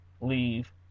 leave